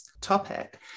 topic